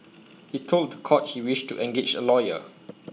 he told court he wished to engage A lawyer